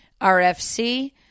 RFC